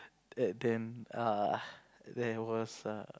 at then err there was err